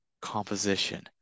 composition